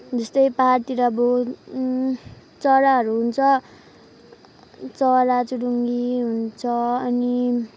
जस्तै पाहाडतिर अब चराहरू हुन्छ चराचुरुङ्गी हुन्छ अनि